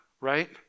right